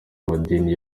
amadini